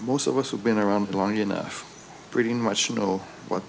most of us who've been around long enough pretty much know what